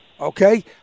Okay